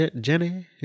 Jenny